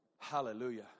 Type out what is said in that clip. Hallelujah